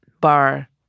Bar